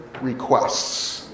requests